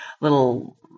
little